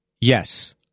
Yes